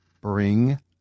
Bring